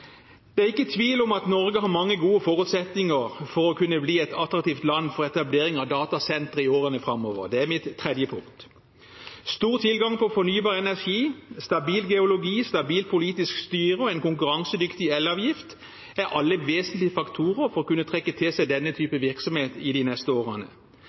Det er ikke tvil om at Norge har mange gode forutsetninger for å kunne bli et attraktivt land for etablering av datasentre i årene framover – det er mitt tredje punkt. Stor tilgang på fornybar energi, stabil geologi, stabilt politisk styre og en konkurransedyktig elavgift er alle vesentlige faktorer for å kunne trekke til seg denne type virksomhet i de neste årene.